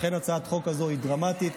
הצעת החוק הזו היא דרמטית,